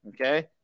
Okay